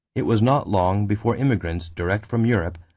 it was not long before immigrants direct from europe,